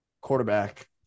quarterback